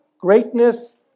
greatness